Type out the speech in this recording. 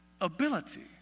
ability